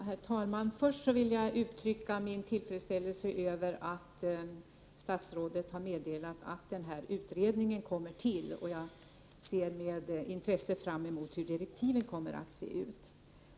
Herr talman! Först vill jag uttrycka min tillfredsställelse över att statsrådet har meddelat att den här utredningen kommer till. Jag ser med intresse fram mot hur direktiven kommer att se ut.